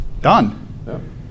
Done